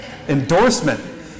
endorsement